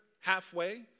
halfway